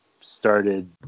started